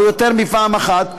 או יותר מפעם אחת,